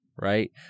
right